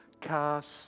Cast